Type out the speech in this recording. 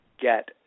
get